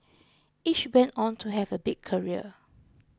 each went on to have a big career